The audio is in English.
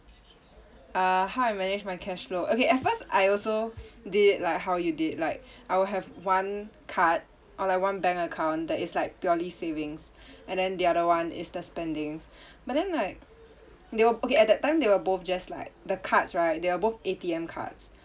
uh how I manage my cash flow okay at first I also did like how you did like I will have one card or like one bank account that is like purely savings and then the other one is the spendings but then like they will okay at that time they were both just like the cards right they were both A_T_M cards